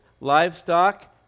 livestock